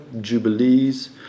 Jubilees